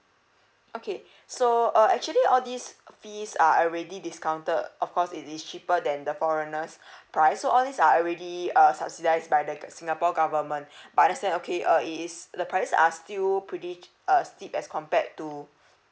okay so uh actually all these fees are already discounted of course it is cheaper than the foreigners price so all these are already uh subsidize by the singapore government but let's say okay uh it is the price are still pretty uh cheap as compared to